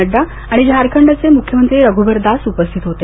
नह्हा आणि झारखंडचे मुख्यमंत्री रघुबर दास उपस्थित होते